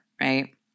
right